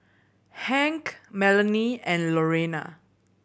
Hank Melonie and Lorena